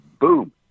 boom